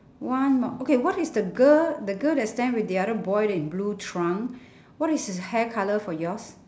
one more okay what is the girl the girl that stand with the other boy that in blue trunk what is his hair colour for yours